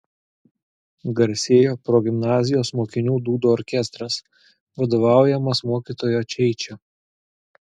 garsėjo progimnazijos mokinių dūdų orkestras vadovaujamas mokytojo čeičio